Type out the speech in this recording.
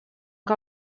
que